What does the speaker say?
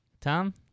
Tom